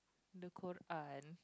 the Quran